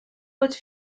motte